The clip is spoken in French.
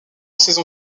saison